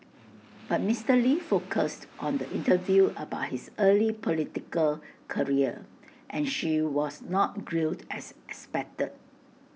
but Mister lee focused on the interview about his early political career and she was not grilled as expected